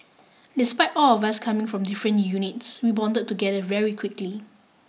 despite all of us coming from different units we bonded together very quickly